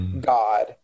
God